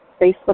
Facebook